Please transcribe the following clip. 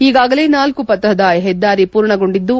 ಈಗಾಗಲೇ ನಾಲ್ತು ಪಥದ ಹೆದ್ದಾರಿ ಪೂರ್ಣಗೊಂಡಿದ್ದು